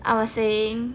I was saying